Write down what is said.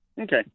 Okay